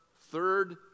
third